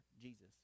Jesus